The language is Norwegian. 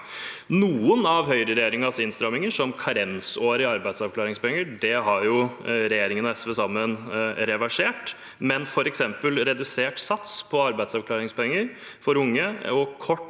Noen av høyreregjeringens innstramminger, som karensåret for arbeidsavklaringspenger, har regjeringen og SV sammen reversert, men f.eks. redusert sats på arbeidsavklaringspenger for unge